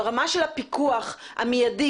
ברמה של הפיקוח המיידי,